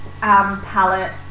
palette